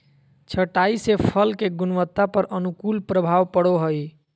छंटाई से फल के गुणवत्ता पर अनुकूल प्रभाव पड़ो हइ